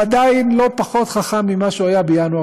הוא עדיין לא פחות חכם ממה שהוא היה בינואר